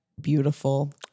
Beautiful